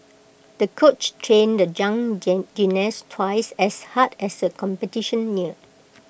the coach trained the young gymnast twice as hard as the competition neared